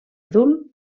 adult